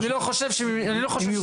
אני לא חושב שזה ראוי.